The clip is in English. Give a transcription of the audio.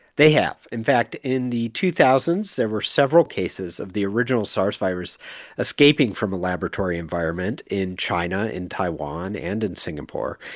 they have. in fact, in the two thousand s, there were several cases of the original sars virus escaping from a laboratory environment in china, in taiwan and in singapore.